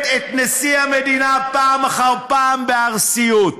את נשיא המדינה פעם אחר פעם בארסיות,